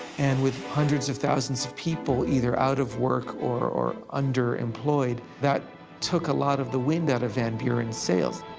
and with hundreds of thousands of people either out of work or or underemployed, that took a lot of the wind out of van buren's sails.